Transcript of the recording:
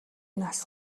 нас